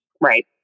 Right